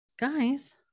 guys